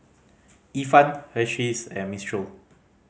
Ifan Hersheys and Mistral